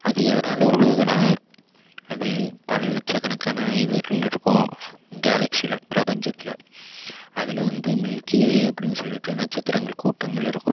அது எதனால் விழுவுதுன்னா அது பல லட்சக்கணக்கான இதுகள் இருக்கும் கேலக்சியில் பிரபஞ்சத்தில் அதில் வந்து மில்க்கி வே அப்படினு சொல்லிட்டு நட்சத்திரங்கள் கூட்டங்கள் இருக்கும்